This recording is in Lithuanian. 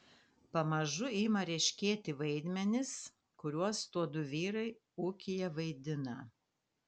pamažu ima ryškėti vaidmenys kuriuos tuodu vyrai ūkyje vaidina